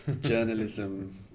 journalism